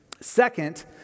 Second